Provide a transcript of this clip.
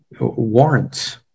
warrants